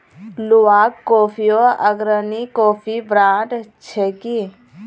Luwak कॉफियो अग्रणी coffee brand छिके